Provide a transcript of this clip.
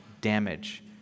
damage